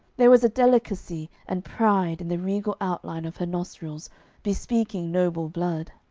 there was a delicacy and pride in the regal outline of her nostrils bespeaking noble blood.